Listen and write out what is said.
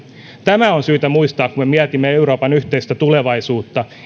tämä on syytä muistaa kun me mietimme euroopan yhteistä tulevaisuutta